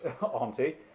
Auntie